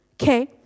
Okay